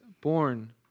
born